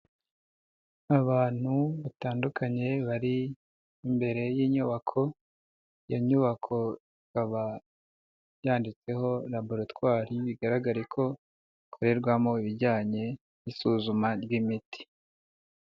Abantu batandukanye bari imbere y'inyubako iyo nyubako ikaba yanditseho laboratwari bigaragare ko ikorerwamo ibijyanye n'isuzuma ry'imiti.